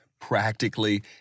practically